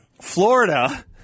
Florida